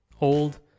old